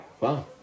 Wow